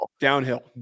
Downhill